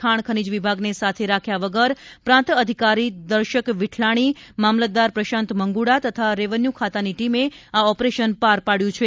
ખાણ ખનીજ વિભાગને સાથે રાખ્યા વગર પ્રાંત અધિકારી દર્શક વિક્રલાણી મામલતદાર પ્રશાંત મંગુડા તથા રેવન્યુ ખાતાની ટીમે આ ઓપરેશન પાર પાડ્યું છે